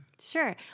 Sure